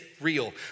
real